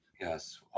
Yes